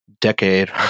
decade